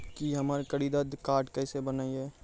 की हमर करदीद कार्ड केसे बनिये?